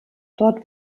dort